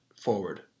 forward